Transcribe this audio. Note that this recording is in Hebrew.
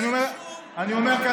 אני אומר,